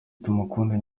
tumukunde